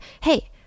hey